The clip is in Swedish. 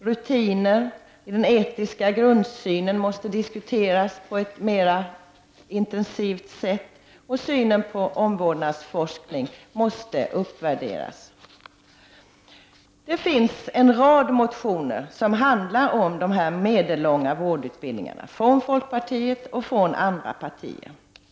Rutinerna i fråga om den etiska grundsynen måste diskuteras mera intensivt, och omvårdnadsforskningen måste uppvärderas. Det finns en rad motioner som handlar om dessa medellånga vårdutbildningar. De kommer från folkpartiet och från andra partier.